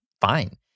fine